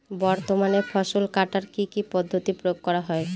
বর্তমানে ফসল কাটার কি কি পদ্ধতি প্রয়োগ করা হয়?